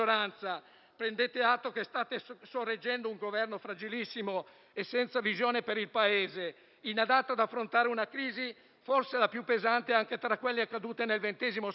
del fatto che state sorreggendo un Governo fragilissimo e senza visione per il Paese, inadatto ad affrontare una crisi, forse la più pesante anche tra quelle accadute nel XX secolo.